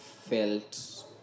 felt